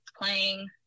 playing